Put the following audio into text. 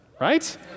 Right